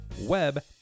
web